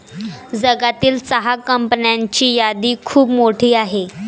जगातील चहा कंपन्यांची यादी खूप मोठी आहे